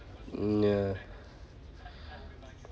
ya